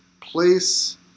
place